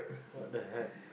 what the heck